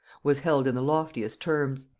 was held in the loftiest terms.